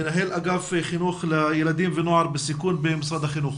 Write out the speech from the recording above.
מנהל אגף חינוך לילדים ונוער בסיכון במשרד החינוך.